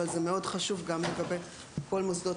אבל זה מאוד חשוב גם לגבי כל מוסדות